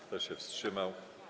Kto się wstrzymał?